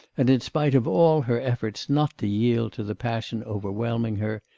and, in spite of all her efforts not to yield to the passion overwhelming her,